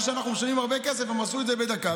על מה שאנחנו משלמים הרבה כסף, הם עשו את זה בדקה.